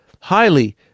highly